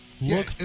look